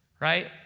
Right